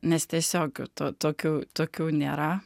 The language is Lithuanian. nes tiesiog to tokių tokių nėra